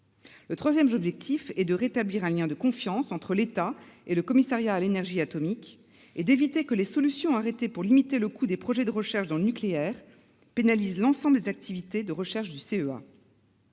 Le troisième objectif est de rétablir un lien de confiance entre l'État et le CEA, et d'éviter que les solutions arrêtées pour limiter le coût des projets de recherche dans le nucléaire ne pénalisent l'ensemble des activités de recherche du